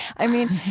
i mean,